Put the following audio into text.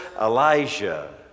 Elijah